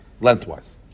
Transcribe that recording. Lengthwise